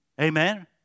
Amen